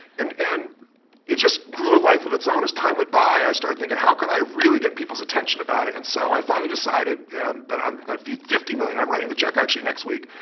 and and it just grew a life of its own. as time went by i started thinking, how can i really get people's attention about it? and so i finally decided that i'm gonna feed fifty million, i'm writing the check, actually, next week.